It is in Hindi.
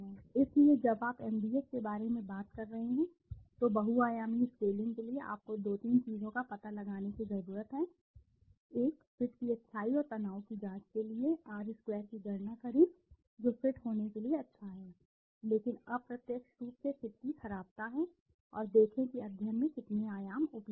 इसलिए जब आप एमडीएस के बारे में बात कर रहे हैं तो बहुआयामी स्केलिंग के लिए आपको 2 3 चीजों का पता लगाने की जरूरत है एक फिट की अच्छाई और तनाव की जांच के लिए आर स्क्वायर की गणना करें जो फिट होने के लिए अच्छा है लेकिन अप्रत्यक्ष रूप से फिट की खराबता है और देखें कि अध्ययन में कितने आयाम उपलब्ध हैं